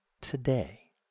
today